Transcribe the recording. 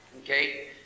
Okay